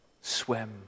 swim